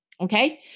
okay